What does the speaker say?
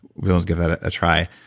we'll and give that a try.